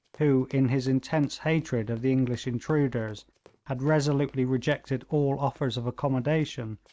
who in his intense hatred of the english intruders had resolutely rejected all offers of accommodation,